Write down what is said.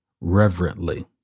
reverently